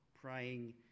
praying